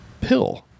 pill